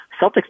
Celtics